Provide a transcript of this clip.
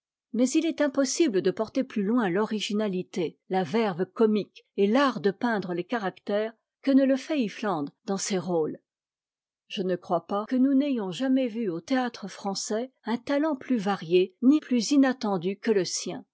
mais il est impossible de porter plus loin l'originalité la verve comique et l'art de peindre les caractères que ne le fait iffland dans ces rôles je ne crois pas que nous ayons jamais vu au théâtre français un talent plus varié ni plus inattendu que le sien